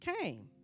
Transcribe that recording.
came